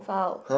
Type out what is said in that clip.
fouled